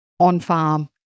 on-farm